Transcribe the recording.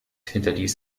hinterließ